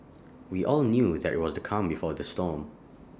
we all knew that IT was the calm before the storm